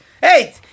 Hey